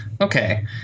okay